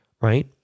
right